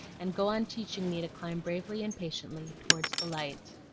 and go on teaching me to climb bravely and patiently toward the light.